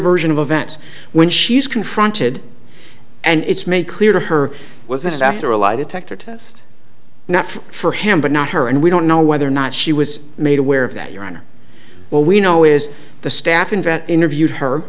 version of events when she's confronted and it's made clear to her was this after a lie detector test now for him but not her and we don't know whether or not she was made aware of that your honor well we know is the staff in vet interviewed her